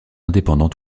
indépendants